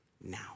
now